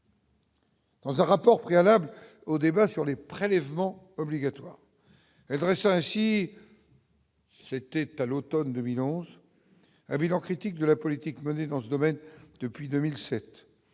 Dans un rapport préalable au débat sur les prélèvements obligatoires, elle restera, si c'était à l'Automne 2011 bilan critique de la politique menée dans ce domaine depuis 2007